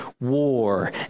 war